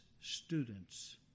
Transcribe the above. students